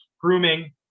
grooming